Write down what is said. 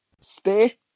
stay